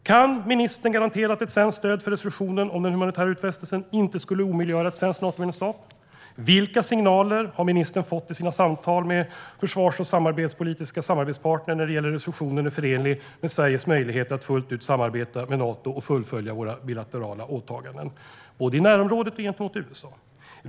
Kan ministern garantera att ett svenskt stöd för resolutionen om den humanitära utfästelsen inte skulle omöjliggöra ett svenskt Natomedlemskap? Vilka signaler har ministern fått i sina samtal med försvars och samarbetspolitiska samarbetspartner när det gäller om resolutionen är förenlig med Sveriges möjligheter att fullt ut samarbeta med Nato och fullfölja våra bilaterala åtaganden, både i närområdet och gentemot USA?